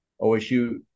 OSU